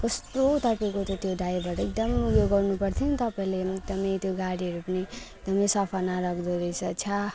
कस्तो तपाईँको त त्यो ड्राइभर एकदम उयो गर्नु पर्थ्यो पनि तपाईँले एकदम एकदम त्यो गाडीहरू पनि एकदम सफा न राख्दो रहेछ छ्या